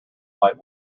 light